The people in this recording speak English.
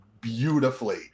beautifully